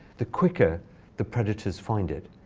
the quicker the predators find it.